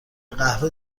قهوه